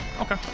Okay